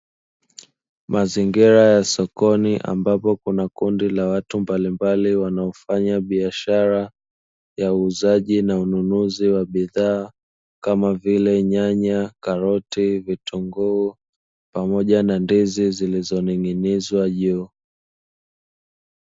Mazingira ya sokoni, ambapo kuna kundi la watu mbalimbali wanaofanya biashara ya uuzaji na ununuzi wa bidhaa, kama vile: nyanya, karoti, vitunguu pamoja na ndizi zilizoning'inizwa juu.